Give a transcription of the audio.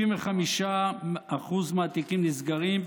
95% מהתיקים נסגרים,